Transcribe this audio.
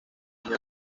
año